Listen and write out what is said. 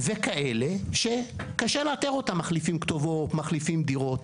וכאלה שקשה לאתר אותם, אם בגלל